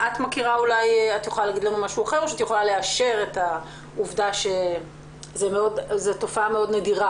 את יכולה להגיד לנו משהו אחר או לאשר את העובדה שזאת תופעה מאוד נדירה,